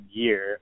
year